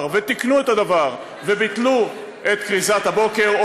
ותיקנו את הדבר וביטלו את כריזת הבוקר,